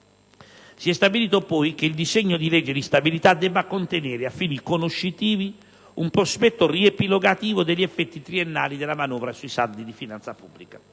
Si è stabilito poi che il disegno di legge di stabilità debba contenere, a fini conoscitivi, un prospetto riepilogativo degli effetti triennali della manovra sui saldi di finanza pubblica.